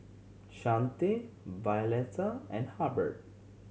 Chante Violeta and Hubbard